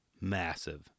massive